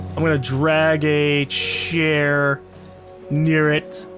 i'm going to drag a. chair near it,